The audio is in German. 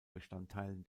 bestandteilen